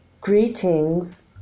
Greetings